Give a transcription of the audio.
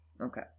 Okay